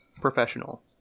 professional